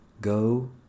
Go